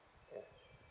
ya